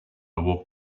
walked